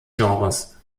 genres